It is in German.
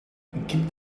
gibt